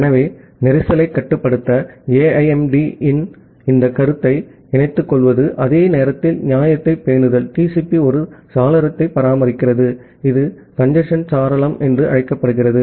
ஆகவே கஞ்சேஸ்ன் கட்டுப்படுத்த AIMD இன் இந்த கருத்தை இணைத்துக்கொள்வது அதே நேரத்தில் நியாயத்தை பேணுதல் TCP ஒரு சாளரத்தை பராமரிக்கிறது இது கஞ்சேஸ்ன் சாளரம் என்று அழைக்கப்படுகிறது